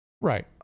right